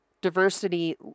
diversity